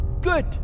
good